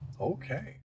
Okay